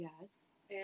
yes